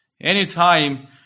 Anytime